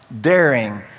daring